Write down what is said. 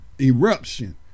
eruption